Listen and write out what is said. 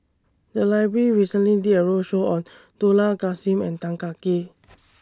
The Library recently did A roadshow on Dollah Kassim and Tan Kah Kee